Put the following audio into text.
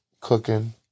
cooking